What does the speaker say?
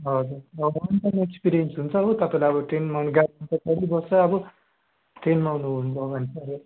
हजुर one time experience हुन्छ हो तपाईँलाई अब ट्रेनमा पनि गाडीमा त चढिबस्छ अब ट्रेनमा आउनुभयो भने